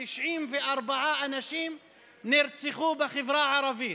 94 אנשים נרצחו בחברה הערבית.